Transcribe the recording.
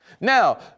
Now